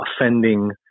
offending